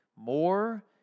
more